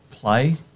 play